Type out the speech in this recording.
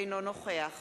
אינו נוכח